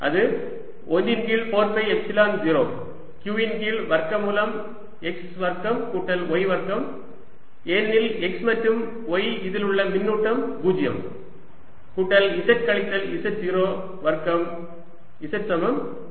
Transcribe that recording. அது 1 இன் கீழ் 4 பை எப்சிலன் 0 q இன் கீழ் வர்க்கமூலம் x வர்க்கம் கூட்டல் y வர்க்கம் ஏனெனில் x மற்றும் y இதில் உள்ள மின்னூட்டம் 0 கூட்டல் z கழித்தல் z0 வர்க்கம் z சமம் 0 இல்